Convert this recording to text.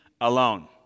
alone